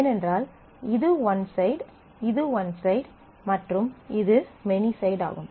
ஏனென்றால் இது one side இது ஒன் சைடு மற்றும் இது மெனி சைடு ஆகும்